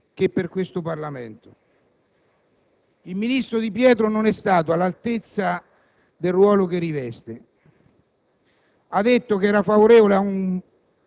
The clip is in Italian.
sia per il Governo, sia per questo Parlamento. Il ministro Di Pietro non è stato all'altezza del ruolo che riveste,